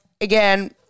again